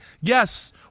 Yes